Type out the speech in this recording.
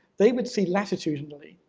they would see latitudinally,